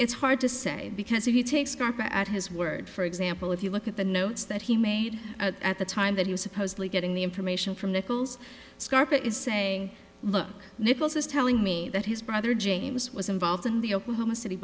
it's hard to say because if you take scarper at his word for example if you look at the notes that he made at the time that he was supposedly getting the information from the echols scarpa is saying look nichols is telling me that his brother james was involved in the oklahoma city